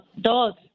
dogs